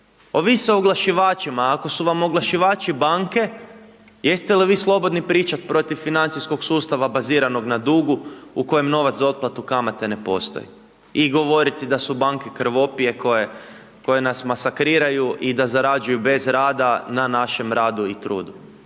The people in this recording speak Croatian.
ovise o oglašivačima, a ako su vam oglašivači banke jeste li vi slobodni pričati protiv financijskog sustava baziranog na dugu u kojem novac za otplatu kamate ne postoji i govoriti da su banke krvopije koje nas masakriraju i da zarađuju bez rada na našem radu i trudu.